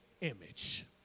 image